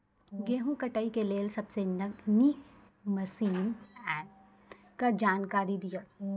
गेहूँ कटाई के लेल सबसे नीक मसीनऽक जानकारी दियो?